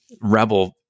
rebel